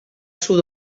sud